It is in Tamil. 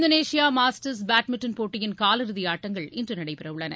இந்தோளேஷியா மாஸ்டர்ஸ் பேட்மிண்டன் போட்டியின் காலிறுதி ஆட்டங்கள் இன்று நடைபெறவுள்ளன